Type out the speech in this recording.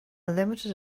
limited